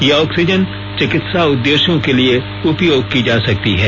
यह ऑक्सीजन चिकित्सा उद्देश्यो के लिए उपयोग की जा सकती है